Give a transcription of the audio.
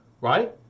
right